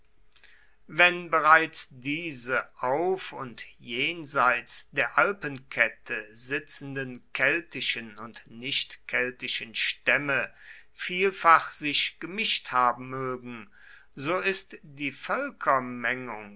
wenn bereits diese auf und jenseits der alpenkette sitzenden keltischen und nichtkeltischen stämme vielfach sich gemischt haben mögen so ist die